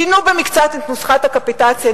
שינו במקצת את נוסחת הקפיטציה,